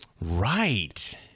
Right